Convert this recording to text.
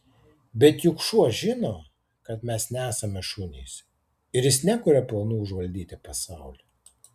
bet juk šuo žino kad mes nesame šunys ir jis nekuria planų užvaldyti pasaulį